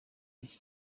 iki